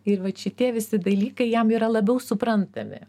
ir vat šitie visi dalykai jam yra labiau suprantami